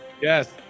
Yes